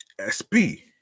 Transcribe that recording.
sb